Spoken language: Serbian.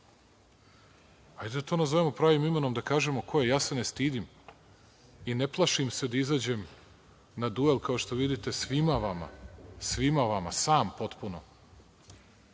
Hajde da to nazovemo pravim imenom, da kažemo ko je. Ja se ne stidim i ne plašim se da izađem na duel, kao što vidite, svima vama, sam potpuno,